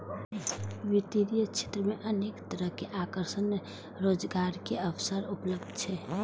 वित्तीय क्षेत्र मे अनेक तरहक आकर्षक रोजगारक अवसर उपलब्ध छै